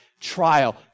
trial